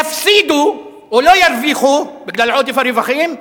יפסידו, או לא ירוויחו, בגלל עודף הרווחים,